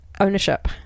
Ownership